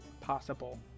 possible